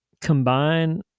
combine